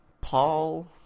Paul